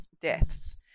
deaths